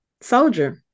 soldier